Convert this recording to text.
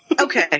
Okay